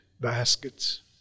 baskets